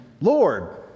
Lord